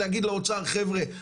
להגיד לאוצר חבר'ה,